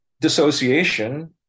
dissociation